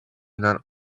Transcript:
not